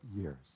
years